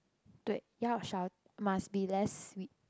dui yao shao must be less sweet